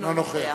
אינו נוכח